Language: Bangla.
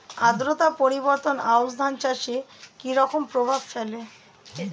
আদ্রতা পরিবর্তন আউশ ধান চাষে কি রকম প্রভাব ফেলে?